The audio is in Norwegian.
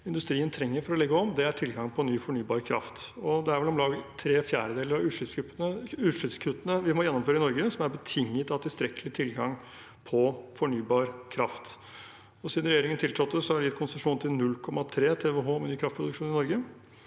industrien trenger for å legge om, er tilgang på ny fornybar kraft. Det er vel om lag tre fjerdedeler av utslippskuttene vi må gjennomføre i Norge, som er betinget av tilstrekkelig tilgang på fornybar kraft. Siden regjeringen tiltrådte, har den gitt konsesjon til 0,3 TWh ny kraftproduksjon i Norge.